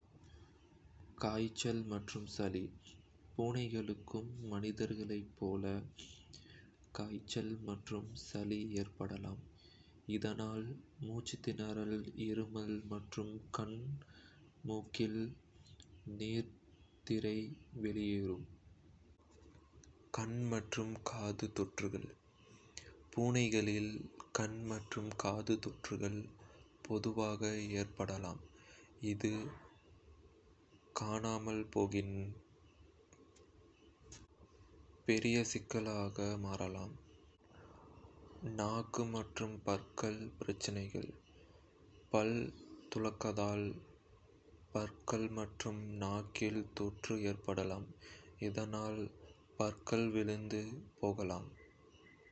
காய்ச்சல் மற்றும் சளி பூனைகளுக்கும் மனிதர்களைப் போலவே காய்ச்சல் மற்றும் சளி ஏற்படலாம். இதனால் மூச்சுத்திணறல், இருமல், மற்றும் கண், மூக்கில் நீர்த்திரை வெளியேறும். அரிப்பும் தோல் பிரச்சனைகளும்பராசைட்கள் மிளட்டுகள், பூச்சிகள், அலர்ஜிகள் அல்லது தோல் நோய்கள் அரிப்பு மற்றும் தோல் எரிச்சலுக்கு காரணமாக இருக்கலாம். கண் மற்றும் காது தொற்றுகள் பூனைகளில் கண் மற்றும் காது தொற்றுகள் பொதுவாக ஏற்படலாம். இது காணாமல் போகின், பெரிய சிக்கல்களாக மாறலாம்.